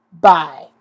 bye